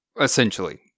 essentially